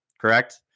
correct